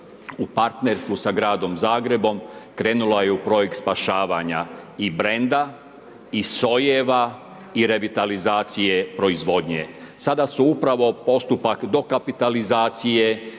u partnerstvu sa gradom Zagrebom krenula je u projekt spašavanja i brenda i sojeva i revitalizacije proizvodnje. Sada su upravo postupak dokapitalizacije